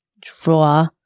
draw